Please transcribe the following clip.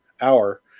hour